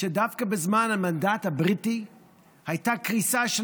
שדווקא בזמן המנדט הבריטי הייתה קריסה של